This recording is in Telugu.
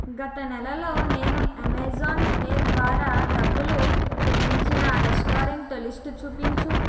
గత నెలలో నేను అమెజాన్ పే ద్వారా డబ్బులు చెల్లించిన రెస్టారెంట్ లిస్టు చూపించుము